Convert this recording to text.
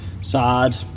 sad